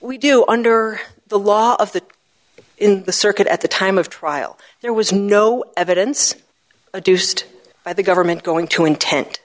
know under the law of the in the circuit at the time of trial there was no evidence a deuced by the government going to intent